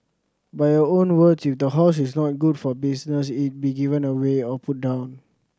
by your own words if the horse is not good for business it be given away or put down